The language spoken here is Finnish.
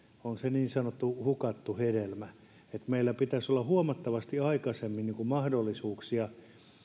se on niin sanottu hukattu hedelmä joten meillä pitäisi olla huomattavasti aikaisemmin mahdollisuuksia